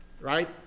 Right